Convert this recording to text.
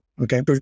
Okay